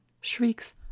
shrieks